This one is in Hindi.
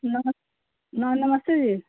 नमस न नमस्ते जी